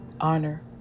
honor